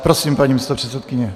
Prosím, paní místopředsedkyně.